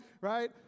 right